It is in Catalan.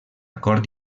cort